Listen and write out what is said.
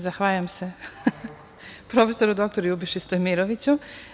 Zahvaljujem se prof. dr Ljubiši Stojmiroviću.